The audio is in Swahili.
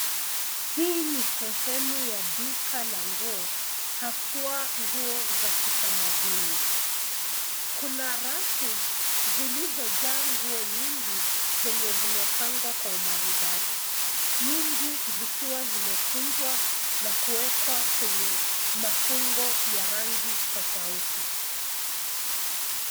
Hii ni sehemu ya duka la nguo, haswa nguo za kitamaduni. Kuna rafu zilizojaa nguo nyingi zenye zimepangwa kwa umaridadi. Nyingi zikiwa zime kunjwa na kuwekwa kwenye mafungo ya rangi tofauti.